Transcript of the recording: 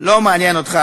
לא מעניין אותך,